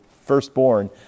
firstborn